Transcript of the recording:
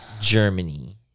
Germany